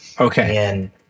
Okay